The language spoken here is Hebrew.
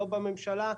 לא בממשלה,